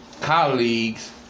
colleagues